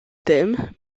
thèmes